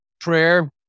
Prayer